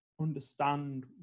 understand